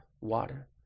Water